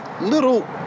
little